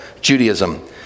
Judaism